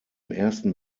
ersten